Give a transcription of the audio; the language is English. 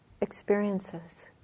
experiences